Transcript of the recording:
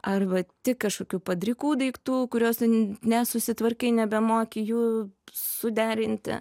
arba tik kažkokių padrikų daiktų kuriuos ten nesusitvarkei nebemoki jų suderinti